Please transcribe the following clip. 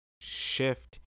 shift